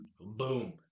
boom